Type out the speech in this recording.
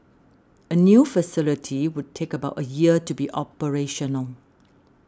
a new facility would take about a year to be operational